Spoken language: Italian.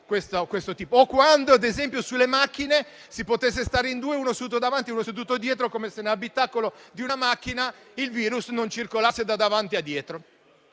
quando si stabilì che sulle macchine si potesse stare in due, uno seduto davanti, uno seduto dietro, come se nell'abitacolo di una macchina il virus non circolasse da davanti a dietro.